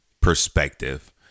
perspective